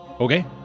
Okay